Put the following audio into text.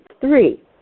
three